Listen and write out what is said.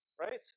Right